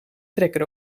trekker